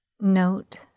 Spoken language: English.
Note